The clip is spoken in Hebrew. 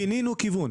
שינינו כיוון.